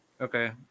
okay